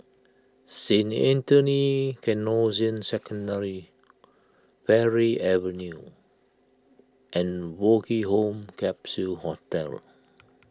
Saint Anthony's Canossian Secondary Parry Avenue and Woke Home Capsule Hostel